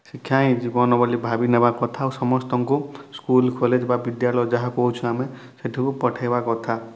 ଶିକ୍ଷା ହିଁ ଜୀବନ ବୋଲି ଭାବି ନେବା କଥା ଆଉ ସମସ୍ତଙ୍କୁ ସ୍କୁଲ୍ କଲେଜ୍ ବା ବିଦ୍ୟାଳୟ ଯାହା କହୁଛୁ ଆମେ ସେଠୁକୁ ପଠେଇବା କଥା